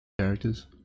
characters